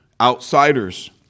outsiders